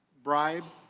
bribe,